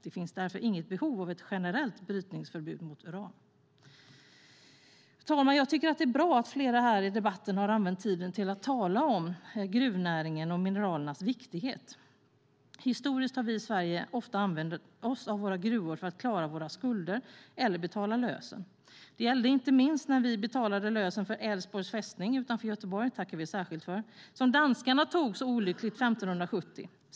Det finns därför inget behov av ett generellt brytningsförbud mot uran. Fru talman! Jag tycker att det är bra att flera i debatten har använt tiden till att tala om gruvnäringen och mineralernas betydelse. Historiskt har vi i Sverige ofta använt oss av våra gruvor för att klara våra skulder eller för att betala lösen. Det gällde inte minst när vi betalade lösen för Älvsborgs fästning utanför Göteborg - det tackar vi särskilt för - som danskarna olyckligtvis tog 1570.